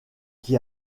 qui